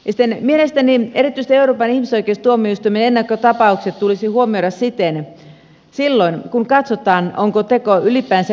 mielestäni erityisesti euroopan ihmisoikeustuomioistuimen ennakkotapaukset tulisi huomioida siten silloin kun katsotaan onko teko ylipäänsä rikos vai ei